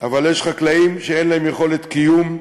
אבל יש חקלאים שאין להם יכולת קיום.